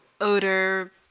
odor